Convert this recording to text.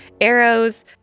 arrows